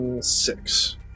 Six